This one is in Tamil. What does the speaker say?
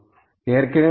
02